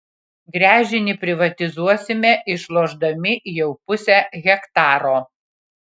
gręžinį privatizuosime išlošdami jau pusę hektaro